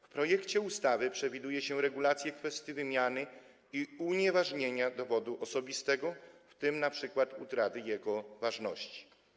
W projekcie ustawy przewiduje się regulacje kwestii wymiany i unieważnienia dowodu osobistego, w tym np. utraty jego ważności.